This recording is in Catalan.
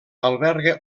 alberga